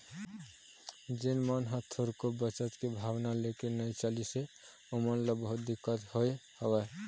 जेन मन ह थोरको बचत के भावना लेके नइ चलिस हे ओमन ल बहुत दिक्कत होय हवय